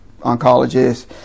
oncologist